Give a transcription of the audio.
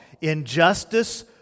Injustice